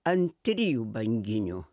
ant trijų banginių